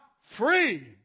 free